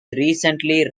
recently